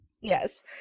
Yes